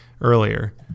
earlier